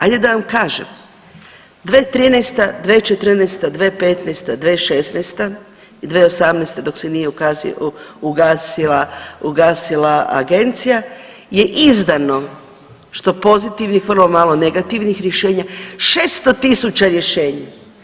Ajde da vam kažem, 2013., 2014., 2015., 2016. i 2018. dok se nije ugasila agencija je izdano što pozitivnih, vrlo malo negativnih rješenja 600.000 rješenja.